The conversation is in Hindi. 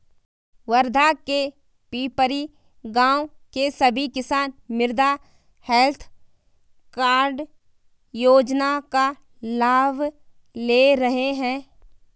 वर्धा के पिपरी गाँव के सभी किसान मृदा हैल्थ कार्ड योजना का लाभ ले रहे हैं